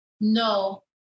No